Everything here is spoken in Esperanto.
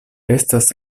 estas